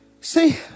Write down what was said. see